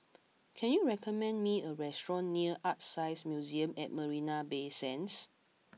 can you recommend me a restaurant near ArtScience Museum at Marina Bay Sands